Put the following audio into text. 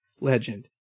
legend